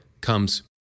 comes